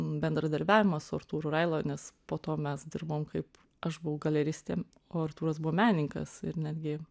bendradarbiavimą su artūru raila nes po to mes dirbom kaip aš buvau galeristė o artūras buvo menininkas ir netgi